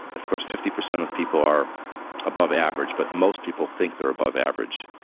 of course fifty percent of people are above average but most people think they're above average,